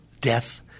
death